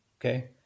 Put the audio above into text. Okay